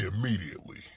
immediately